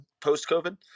post-COVID